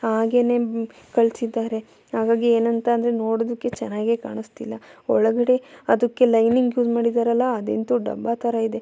ಹಾಗೆಯೇ ಕಳಿಸಿದ್ದಾರೆ ಹಾಗಾಗಿ ಏನಂತ ಅಂದ್ರೆ ನೋಡೋದಕ್ಕೆ ಚೆನ್ನಾಗೇ ಕಾಣಿಸ್ತಿಲ್ಲ ಒಳಗಡೆ ಅದಕ್ಕೆ ಲೈನಿಂಗ್ ಯೂಸ್ ಮಾಡಿದ್ದಾರಲ್ಲ ಅದಂತು ಡಬ್ಬ ಥರ ಇದೆ